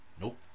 Nope